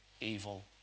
evil